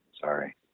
Sorry